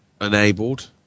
enabled